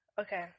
Okay